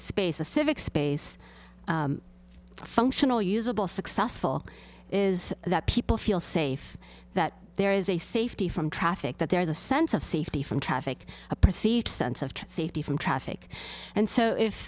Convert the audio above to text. space a civic space functional usable successful is that people feel safe that there is a safety from traffic that there is a sense of safety from traffic a perceived sense of safety from traffic and so if